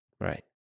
Right